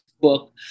book